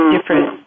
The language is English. different